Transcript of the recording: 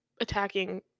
attacking